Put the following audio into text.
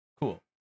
Cool